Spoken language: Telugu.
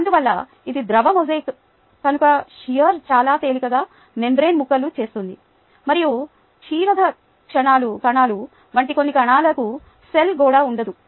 అందువల్ల ఇది ద్రవ మొజాయిక్ కనుక షియర్ చాలా తేలికగా మెంబ్రేన్ ముక్కలు చేస్తుంది మరియు క్షీరద కణాలు వంటి కొన్ని కణాలకు సెల్ గోడ ఉండదు